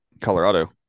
Colorado